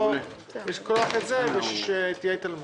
ולא לשכוח את זה כדי שתהיה התעלמות.